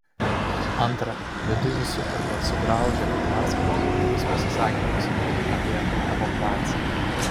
antra viduj vis sukirba sugraužia kai perskaitau įvairius pasisakymus apie evakuaciją